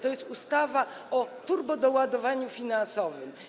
To jest ustawa o turbodoładowaniu finansowym.